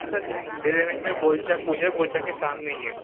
سر دریا گنج میں گولچہ پوچھیے گا گولچہ کے سامنے ہی ہے